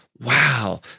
wow